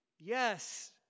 yes